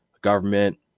government